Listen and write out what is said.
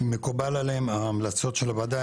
מקובל עליהם ההמלצות של הוועדה.